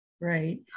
Right